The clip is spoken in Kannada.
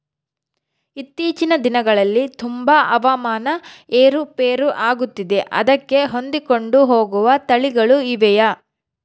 ಇತ್ತೇಚಿನ ದಿನಗಳಲ್ಲಿ ತುಂಬಾ ಹವಾಮಾನ ಏರು ಪೇರು ಆಗುತ್ತಿದೆ ಅದಕ್ಕೆ ಹೊಂದಿಕೊಂಡು ಹೋಗುವ ತಳಿಗಳು ಇವೆಯಾ?